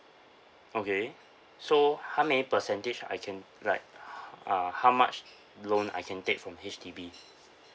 okay so how many percentage I can like uh how much loan I can take from H_D_B